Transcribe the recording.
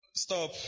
Stop